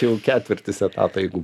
jau ketvirtis etato jeigu